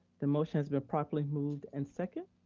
the motion has been properly moved and second.